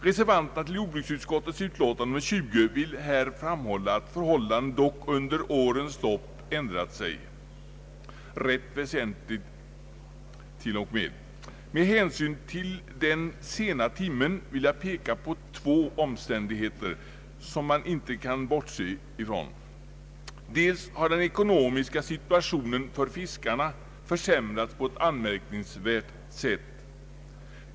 Reservanterna till jordbruksutskottets utlåtande nr 20 framhåller att förhållandena dock under årens lopp ändrat sig, rätt väsentligt t.o.m. Med hänsyn till den sena timmen skall jag nöja mig med att peka på två omständigheter som man inte kan bortse från. Dels har den ekonomiska situationen för fiskarna försämrats på ett anmärkningsvärt sätt.